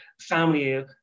family